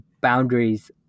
boundaries